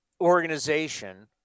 organization